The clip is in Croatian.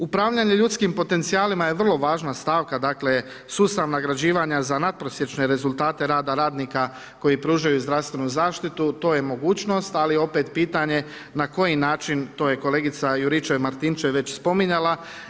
Upravljanjem ljudskih potencijalima je vrlo važna stavka sustav nagrađivanja za nadprosječne rezultate rada radnika koji pružaju zdravstvenu zaštitu to je mogućnost ali opet pitanje na koji način, to je kolegica Juričev Martinčev spominjala.